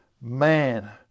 Man